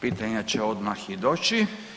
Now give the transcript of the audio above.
Pitanja će odmah i doći.